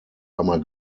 einmal